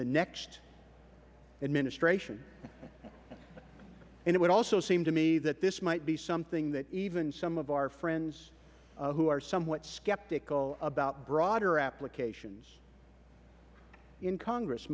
the next administration it would also seem to me that this might be something that even some of our friends who are somewhat skeptical about broader applications in congress